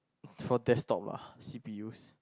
for desktop lah C_P_Us